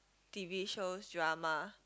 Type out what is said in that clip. T_V shows drama